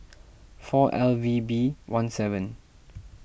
four L V B one seven